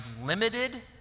limited